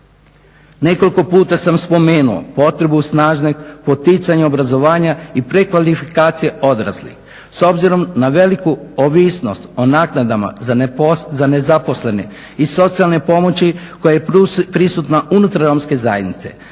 Nekoliko puta sam spomenuo potrebu snažnog poticanja obrazovanja i prekvalifikacije odraslih. S obzirom na veliku ovisnost o naknadama za nezaposlene i socijalne pomoći koja je prisutna unutar romske zajednice,